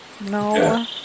No